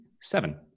seven